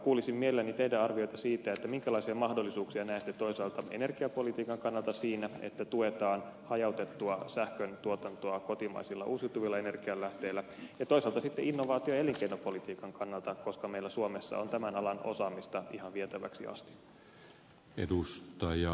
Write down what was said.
kuulisin mielelläni teidän arviotanne siitä minkälaisia mahdollisuuksia näette toisaalta energiapolitiikan kannalta siinä että tuetaan hajautettua sähköntuotantoa kotimaisilla uusiutuvilla energialähteillä ja toisaalta sitten innovaatio ja elinkeinopolitiikan kannalta koska meillä suomessa on tämän alan osaamista ihan vietäväksi asti